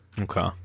Okay